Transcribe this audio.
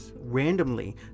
randomly